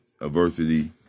adversity